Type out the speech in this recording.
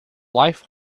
life